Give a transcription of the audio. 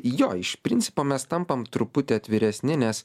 jo iš principo mes tampam truputį atviresni nes